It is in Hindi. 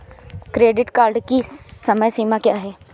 क्रेडिट कार्ड की समय सीमा क्या है?